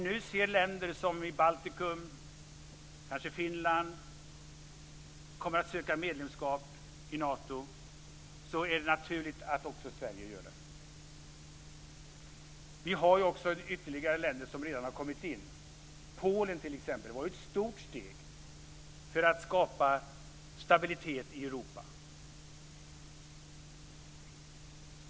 Nu kommer länderna i Baltikum och Finland att söka medlemskap i Nato. Då är det naturligt att också Sverige gör det. Det finns andra länder i Europa som redan har kommit med i Nato, t.ex. Polen. Det var ett stort steg för att skapa stabilitet i Europa.